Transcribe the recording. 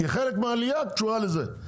חלק מהעלייה קשור לזה,